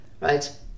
right